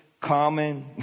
common